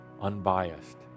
unbiased